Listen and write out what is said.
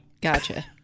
Gotcha